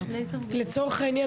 לצורך העניין,